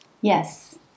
Yes